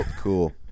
Cool